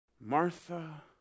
Martha